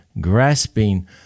grasping